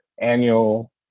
annual